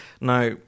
Now